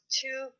two